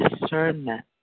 discernment